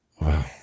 Wow